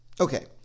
okay